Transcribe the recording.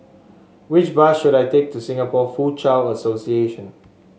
which bus should I take to Singapore Foochow Association